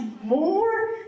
more